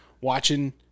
watching